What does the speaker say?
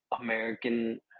American